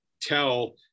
tell